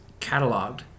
cataloged